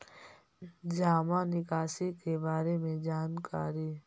जामा निकासी के बारे में जानकारी?